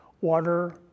water